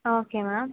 okay ma'am